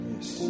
Yes